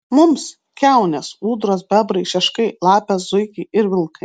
mums kiaunės ūdros bebrai šeškai lapės zuikiai ir vilkai